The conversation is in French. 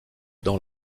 dans